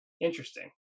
interesting